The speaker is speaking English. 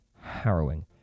harrowing